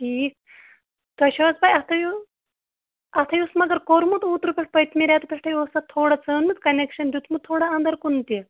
ٹھیٖک تۄہہِ چھو حظ پاے اَتھٕے اَتھَے اوس مَگر کوٚرمُت اوترٕ پٮ۪ٹھ پٔتمہِ رٮ۪تہٕ پٮ۪ٹھَے اوس اَتھ تھوڑا ژٲنمٕژ کَنیکشَن دیُتمُت تھوڑا اَنٛدَر کُن تہِ